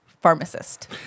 Pharmacist